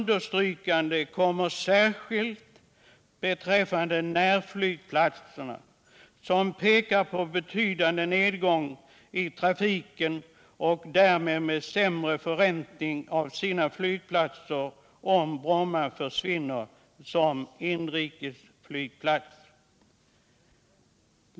Detta gäller särskilt med tanke på närflygplatserna, som väntas få en betydande nedgång 139 i trafiken och därmed sämre förräntning av sina anläggningar om Bromma försvinner som inrikesflygplats.